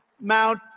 Mount